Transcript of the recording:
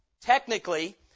Technically